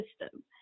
system